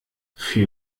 für